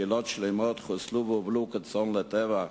קהילות שלמות חוסלו והובלו כצאן לטבח,